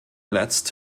letzt